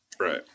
Right